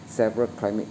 several climate